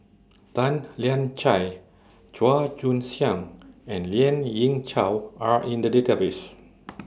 Tan Lian Chye Chua Joon Siang and Lien Ying Chow Are in The Database